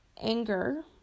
anger